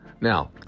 Now